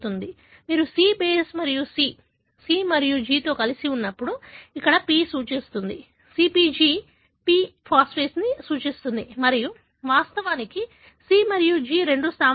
కాబట్టి మీరు C base మరియు C C మరియు G కలిసి ఉన్నప్పుడు ఇక్కడ పి సూచిస్తుంది CpG పి ఫాస్ఫేట్ను సూచిస్తుంది మరియు వాస్తవానికి C మరియు G రెండు స్థావరాలు